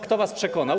Kto was przekonał?